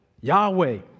Yahweh